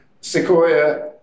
Sequoia